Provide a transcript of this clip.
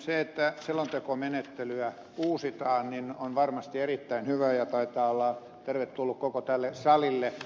se että selontekomenettelyä uusitaan on varmasti erittäin hyvä asia taitaa olla tervetullut koko tälle salille